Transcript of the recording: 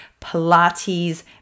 Pilates